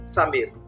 Samir